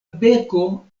beko